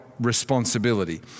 responsibility